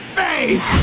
face